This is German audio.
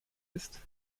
ist